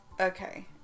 Okay